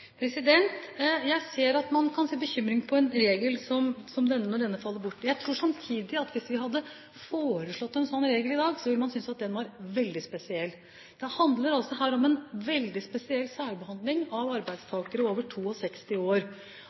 Jeg skjønner at man kan se med bekymring på en regel som denne når den faller bort. Jeg tror samtidig at hvis vi hadde foreslått en slik regel i dag, ville man ha syntes at den var veldig spesiell. Det handler altså her om en veldig spesiell særbehandling av arbeidstakere over 62 år,